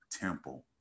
temple